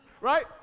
Right